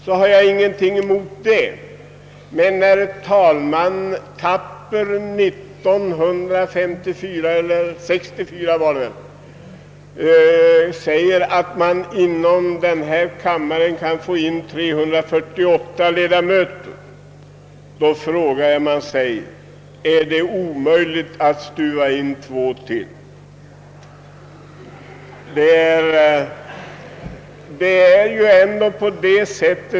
Men talman Thapper sade 1964 att i den här plenisalen kan det få plats 348 ledamöter och jag frågor mig därför: Är det omöjligt att stuva in två till?